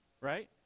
right